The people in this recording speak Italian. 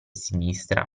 sinistra